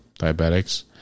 Diabetics